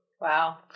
wow